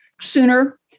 sooner